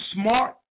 smart